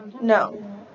No